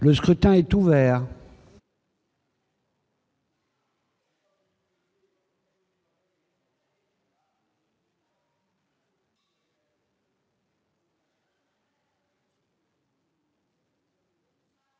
Le scrutin est ouvert.